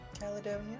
Caledonia